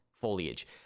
foliage